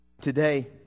Today